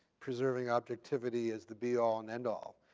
preserving objectivity as the be all and end all.